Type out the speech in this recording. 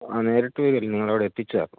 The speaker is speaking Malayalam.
ആ നേരിട്ട് വരില്ല നിങ്ങൾ അവിടെ എത്തിച്ച് തരണം